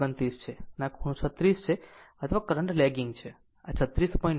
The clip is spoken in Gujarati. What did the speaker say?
29 છે અને આ ખૂણો 36 છે અથવા કરંટ લેગીગ છે આ 36